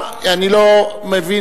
בית-המשפט),